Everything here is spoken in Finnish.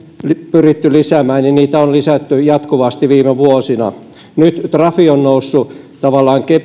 pyritty lisäämään ja niitä on lisätty jatkuvasti viime vuosina nyt trafi on noussut tavallaan